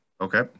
okay